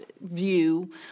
view